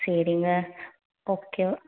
சரிங்க ஓகே